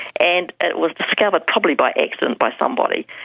and it was discovered, probably by accident by somebody,